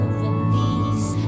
release